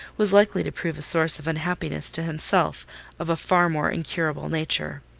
was likely to prove a source of unhappiness to himself of a far more incurable nature.